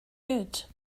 good